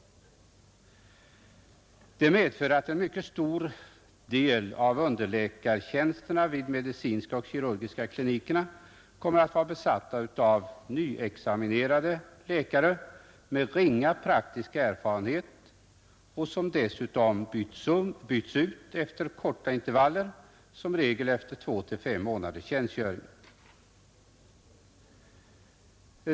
Detta medför att en mycket stor andel av underläkartjänsterna vid medicinska och kirurgiska kliniker kommer att vara besatta av nyexaminerade läkare med ringa praktisk erfarenhet, och dessutom kommer läkarna att bytas ut efter korta tidsintervaller, som regel efter två till fem månaders tjänstgöring.